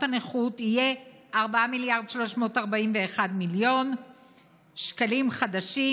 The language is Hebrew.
הנכות יהיה 4.341 מיליארד שקלים חדשים,